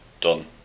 done